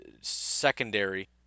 secondary